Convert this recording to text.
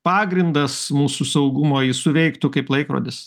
pagrindas mūsų saugumo ji suveiktų kaip laikrodis